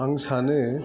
आं सानो